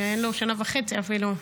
אין לו שנה וחצי אפילו.